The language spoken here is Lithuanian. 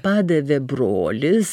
padavė brolis